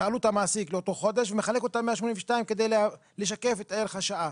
את עלות המעסיק לאותו חודש ומחלק אותם ב-182 כדי לשקף את ערך השעה.